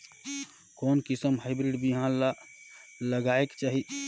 कोन किसम हाईब्रिड बिहान ला लगायेक चाही?